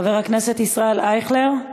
חבר הכנסת ישראל אייכלר,